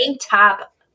top